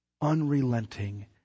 unrelenting